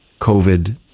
COVID